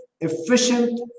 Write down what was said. efficient